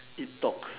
eat talks